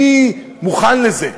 מי מוכן לזה?